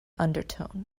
undertone